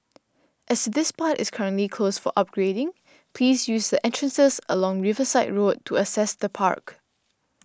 as this part is currently closed for upgrading please use entrances along Riverside Road to access the park